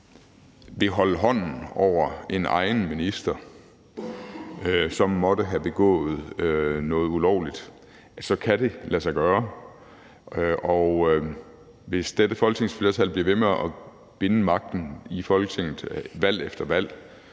vil holde hånden over en minister, som måtte have begået noget ulovligt, kan det lade sig gøre, og hvis dette folketingsflertal valg efter valg bliver ved med at vinde magten i Folketinget, kan noget,